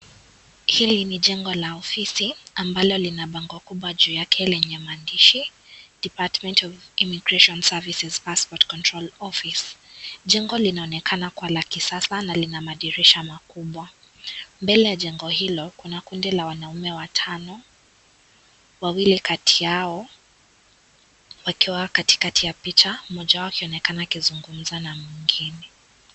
Hili ni jengo la ofisi ambalo lina bango kubwa juu yake lenye maandishi department of immigration services passport control office jengo linaonekana kuwa la kisasa na lina madirisha makubwa. Mbele ya jengo hilo kuna kundi la wanaume watano, wawili kati yao wakiwa katikati ya picha mmoja wao akionekana akizungumza na mwingine .